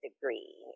degree